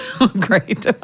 Great